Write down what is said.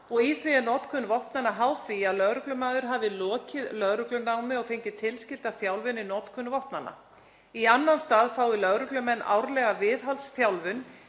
og í því er notkun vopnanna háð því að lögreglumaður hafi lokið lögreglunámi og fengið tilskilda þjálfun í notkun vopnanna. Í annan stað fái lögreglumenn árlega viðhaldsþjálfun